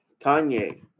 Kanye